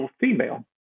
female